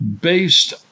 based